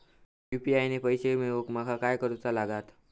UPI ने पैशे मिळवूक माका काय करूचा लागात?